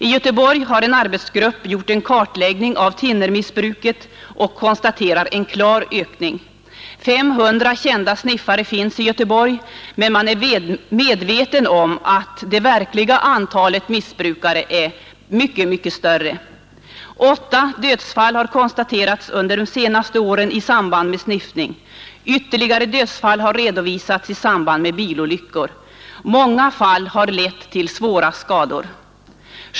I Göteborg har en arbetsgrupp gjort en kartläggning av thinnermissbruket och konstaterat en klar ökning. 500 kända sniffare finns i Göteborg, men man är medveten om att det verkliga antalet missbrukare är mycket större. Åtta dödsfall har konstaterats under de senaste åren i samband med sniffning. Ytterligare dödsfall har redovisats i samband med bilolyckor. Många fall har lett till svåra skador.